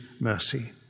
mercy